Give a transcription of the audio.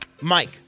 Mike